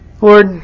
Lord